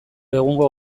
egungo